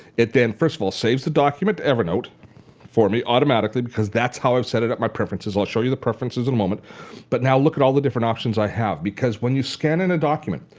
it then first of all saves the document to evernote for me automatically because that's how i've set up my preferences. i'll show you the preferences in a moment but now look at all the different options i have because when you scan in a document,